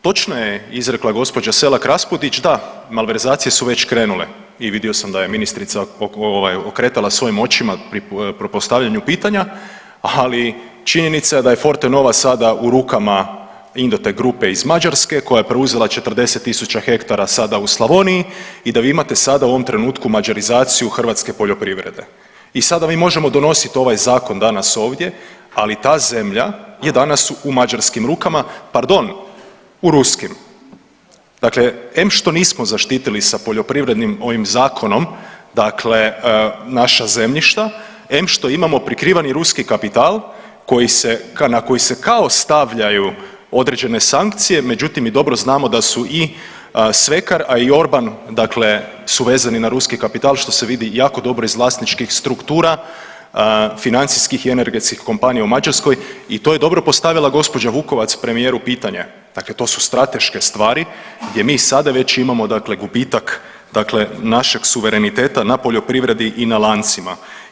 Točno je izrekla gđa. Selak Raspudić da, malverzacije su već krenule i vidio sam da je ministrica ovaj okretala svojim očima pri postavljanju pitanja, ali činjenica je da je Fortenova sada u rukama Indotek grupe iz Mađarske koja je preuzela 40 tisuća hektara sada u Slavoniji i da vi imate sada u ovom trenutku mađarizaciju hrvatske poljoprivrede i sada mi možemo donosit ovaj zakon danas ovdje, ali ta zemlja je danas u mađarskim rukama, pardon, u ruskim, dakle em što nismo zaštitili sa poljoprivrednim ovim zakonom dakle naša zemljišta, em što imamo prikriveni ruski kapital koji se, na koji se kao stavljaju određene sankcije, međutim mi dobro znamo da su i svekar, a i Orban dakle su vezani na ruski kapital što se vidi jako dobro iz vlasničkih struktura financijskih i energetskih kompanija u Mađarskoj i to je dobro postavila gđa. Vukovac premijeru pitanje, dakle to su strateške stvari gdje mi sada već imamo dakle gubitak dakle našeg suvereniteta na poljoprivredi i na lancima.